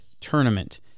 tournament